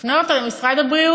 היא תפנה אותו למשרד הבריאות,